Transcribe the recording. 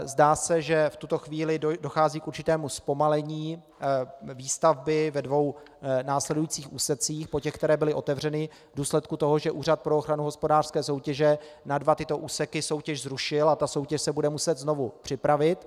Zdá se, že v tuto chvíli dochází k určitému zpomalení výstavby ve dvou následujících úsecích po těch, které byly otevřeny, v důsledku toho, že Úřad pro ochranu hospodářské soutěže soutěž na dva tyto úseky zrušil a soutěž se bude muset znovu připravit.